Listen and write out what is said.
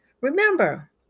Remember